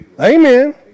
Amen